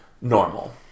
normal